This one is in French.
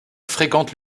fréquente